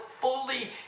fully